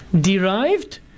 derived